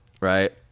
right